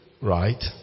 Right